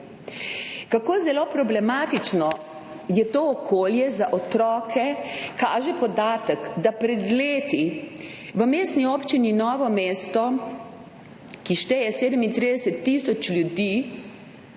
Kako zelo problematično je to okolje za otroke, kaže podatek, da je pred leti v Mestni občini Novo mesto, ki šteje 37 tisoč ljudi,